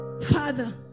Father